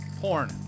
Porn